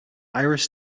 iris